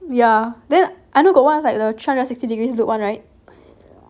ya then I know got one is like the three hundred sixty degrees loop one right